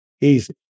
easy